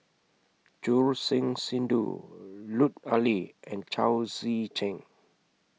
Choor Singh Sidhu Lut Ali and Chao Tzee Cheng